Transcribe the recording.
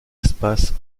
espaces